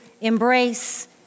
embrace